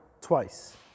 twice